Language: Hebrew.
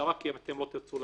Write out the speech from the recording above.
הפשרה, כי לא תרצו להיות